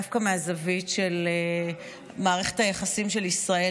דווקא מהזווית של מערכת היחסים של ישראל